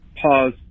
pause